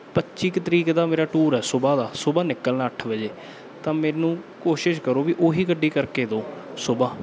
ਪੱਚੀ ਕੁ ਤਰੀਕ ਦਾ ਮੇਰਾ ਟੂਰ ਹੈ ਸੁਬਹਾ ਦਾ ਸੁਬਹਾ ਨਿਕਲਣਾ ਅੱਠ ਵਜੇ ਤਾਂ ਮੈਨੂੰ ਕੋਸ਼ਿਸ਼ ਕਰੋ ਵੀ ਉਹ ਹੀ ਗੱਡੀ ਕਰਕੇ ਦਿਓ ਸੁਬਹਾ